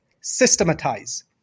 systematize